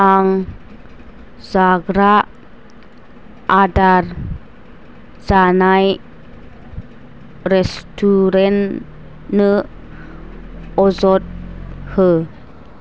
आं जाग्रा आदार जानाय रेस्टुरेन्ट नो अजद हो